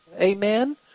Amen